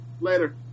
later